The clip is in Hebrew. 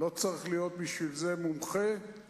לא צריך להיות מומחה בשביל זה,